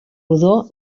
rodó